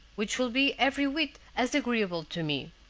which will be every whit as agreeable to me.